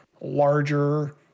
larger